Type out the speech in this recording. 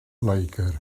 loegr